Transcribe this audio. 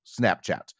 Snapchat